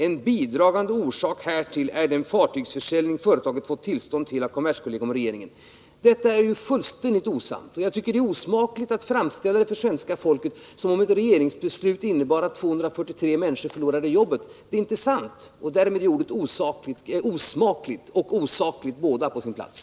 En bidragande orsak härtill är den fartygsförsäljning företaget fått tillstånd till av kommerskollegium och regeringen.” Detta är ju fullständigt osant, och jag tycker att det är osmakligt att för svenska folket framställa saken som om regeringsbeslutet skulle innebära att 243 människor kan förlora jobbet. Det är inte sant och därför är både ordet osmakligt och ordet osakligt på sin plats.